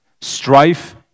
strife